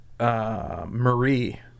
Marie